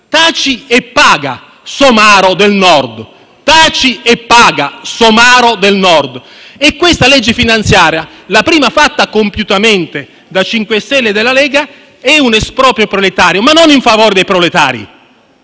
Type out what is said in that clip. ci sarà scritto: «Taci e paga, somaro del Nord». Questa legge finanziaria, la prima fatta compiutamente dai 5 Stelle e dalla Lega, è un esproprio proletario, ma non in favore dei proletari.